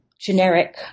generic